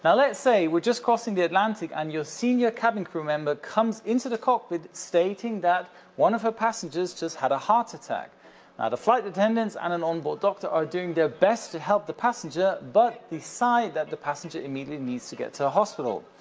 let's say we're just crossing the atlantic and your senior cabin crew member comes into the cockpit, stating that one of her passengers just had a heart attack. now the flight attendants and an onboard doctor are doing their best to help the passenger, but decide that the passenger immediately needs to get to a hospital.